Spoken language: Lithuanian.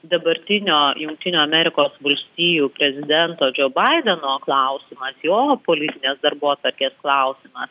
dabartinio jungtinių amerikos valstijų prezidento džo baideno klausimas jo politinės darbotvarkės klausimas